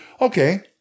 Okay